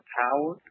power